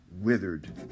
withered